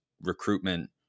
recruitment